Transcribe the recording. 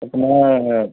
আপোনাৰ